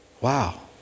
Wow